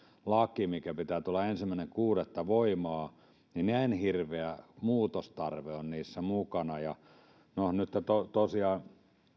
laki jonka pitää tulla ensimmäinen kuudetta voimaan niin miten näin hirveä muutostarve on tässä mukana no nyt tosiaan